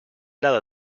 lado